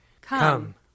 Come